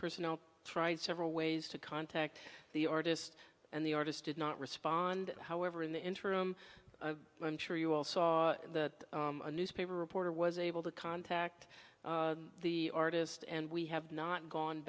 personnel tried several ways to contact the artist and the artist did not respond however in the interim i'm sure you all saw the newspaper reporter was able to contact the artist and we have not gone